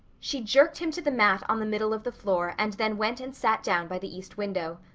she jerked him to the mat on the middle of the floor and then went and sat down by the east window.